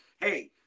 Hey